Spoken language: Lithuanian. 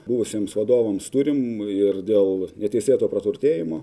buvusiems vadovams turim ir dėl neteisėto praturtėjimo